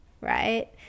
right